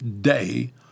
day